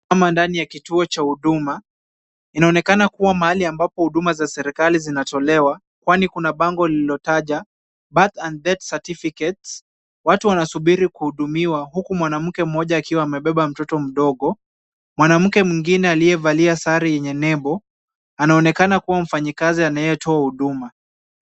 Ndani ya kituo cha huduma. Inaonekana kuwa mahali ambapo huduma za serikali zinatolewa, kwani kuna bango lililotaja, (cs) birth and death certificates(cs). Watu wanasubiri kuhudumiwa, huku mwanamke mmoja akiwa amebeba mtoto mdogo. Mwanamke mwingine aliyevalia sare yenye nembo, anaonekana kuwa mfanyikazi anayetoa huduma.